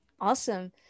Awesome